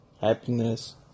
Happiness